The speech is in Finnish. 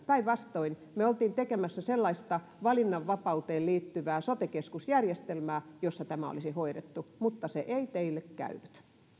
päinvastoin me olimme tekemässä sellaista valinnanvapauteen liittyvää sote keskusjärjestelmää jossa tämä olisi hoidettu mutta se ei teille käynyt